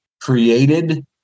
created